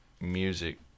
music